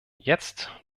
jetzt